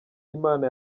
imana